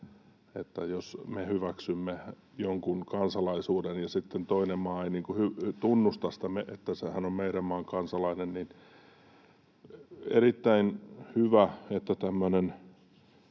että jos me hyväksymme jonkun kansalaisuuden ja sitten toinen maa ei tunnusta sitä, että hän on meidän maan kansalainen, niin erittäin hyvä, että tämmöinen